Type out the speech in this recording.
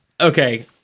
Okay